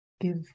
Give